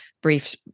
brief